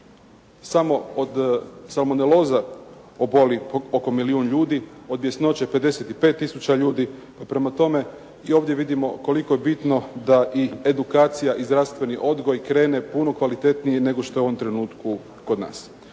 samo od Salmoneloze oboli oko milijun ljudi, od bjesnoće 55 tisuća ljudi, pa prema tome i ovdje vidimo koliko je bitno da i edukacija i zdravstveni odgoj krene puno kvalitetnije nego što je u ovom trenutku kod nas.